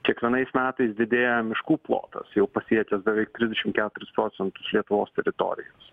kiekvienais metais didėja miškų plotas jau pasiekęs beveik trisdešim keturis procentus lietuvos teritorijos